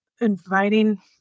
inviting